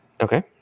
Okay